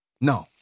No